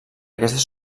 aquestes